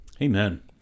Amen